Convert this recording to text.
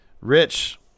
rich